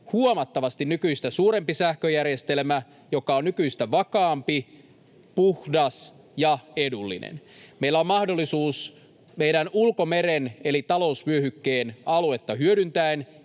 huomattavasti nykyistä suurempi sähköjärjestelmä, joka on nykyistä vakaampi, puhdas ja edullinen. Meillä on mahdollisuus meidän ulkomeren eli talousvyöhykkeen aluetta hyödyntäen